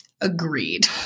Agreed